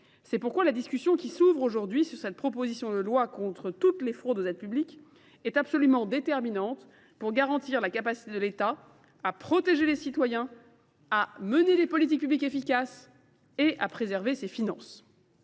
C’est pourquoi la discussion qui s’ouvre aujourd’hui sur cette proposition de loi contre toutes les fraudes aux aides publiques est absolument déterminante pour garantir la capacité de l’État à protéger les citoyens, à mener les politiques publiques efficaces et à préserver ses finances.